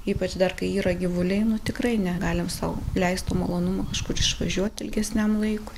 ypač dar kai yra gyvuliai tikrai negalim sau leist to malonumo kažkur išvažiuot ilgesniam laikui